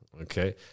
Okay